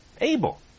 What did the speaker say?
Abel